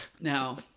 now